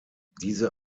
diese